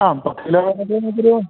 ആ പത്ത് കിലോ